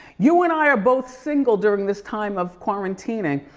you and i are both single during this time of quarantining.